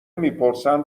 میپرسن